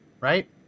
right